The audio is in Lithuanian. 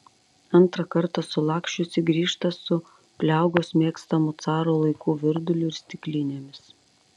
antrą kartą sulaksčiusi grįžta su pliaugos mėgstamu caro laikų virduliu ir stiklinėmis